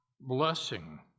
blessing